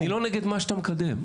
אני לא נגד מה שאתה מקדם,